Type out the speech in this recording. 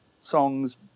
songs